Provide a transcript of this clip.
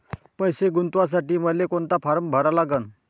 पैसे गुंतवासाठी मले कोंता फारम भरा लागन?